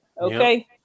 okay